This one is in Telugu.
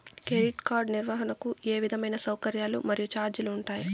క్రెడిట్ కార్డు నిర్వహణకు ఏ విధమైన సౌకర్యాలు మరియు చార్జీలు ఉంటాయా?